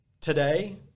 today